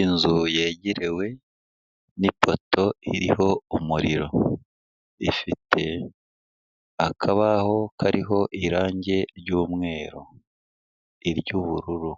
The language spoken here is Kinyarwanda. Inzu yegerewe n'ipoto iriho umuriro ifite akabaho kariho irangi ry'umweru iry'ubururu